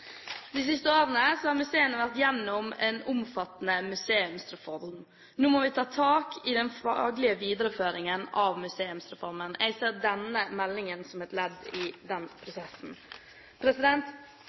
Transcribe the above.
De siste årene har museene vært igjennom en omfattende museumsreform. Nå må vi ta tak i den faglige videreføringen av Museumsreformen. Jeg ser denne meldingen som et ledd i den